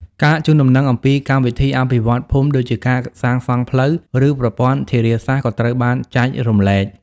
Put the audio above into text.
ការជូនដំណឹងអំពី កម្មវិធីអភិវឌ្ឍន៍ភូមិ ដូចជាការសាងសង់ផ្លូវ ឬប្រព័ន្ធធារាសាស្រ្តក៏ត្រូវបានចែករំលែក។